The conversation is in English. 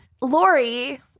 Lori